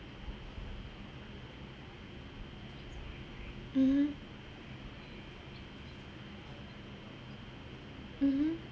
mmhmm mmhmm